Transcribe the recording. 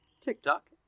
TikTok